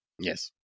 Yes